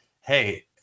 Hey